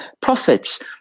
profits